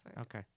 Okay